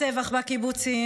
הטבח בקיבוצים,